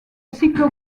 cyclo